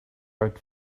but